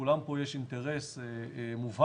לכולם פה יש אינטרס מובהק